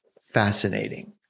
fascinating